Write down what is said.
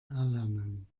erlernen